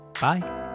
Bye